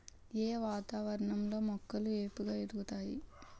ఏ వాతావరణం లో మొక్కలు ఏపుగ ఎదుగుతాయి?